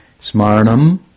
Smarnam